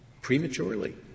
prematurely